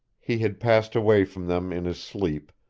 he had passed away from them in his sleep,